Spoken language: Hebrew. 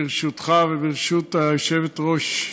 ברשותך וברשות היושבת-ראש,